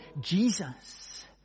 Jesus